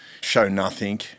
show-nothing